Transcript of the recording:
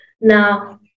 Now